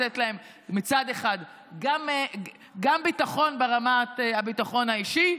לתת להן מצד אחד גם ביטחון ברמת הביטחון האישי,